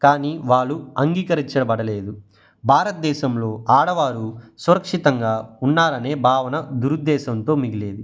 కానీ వాళ్ళు అంగీకరించబడలేదు భారతదేశంలో ఆడవారు సురక్షితంగా ఉన్నారు అనే భావన దురుద్దేశంతో మిగిలేది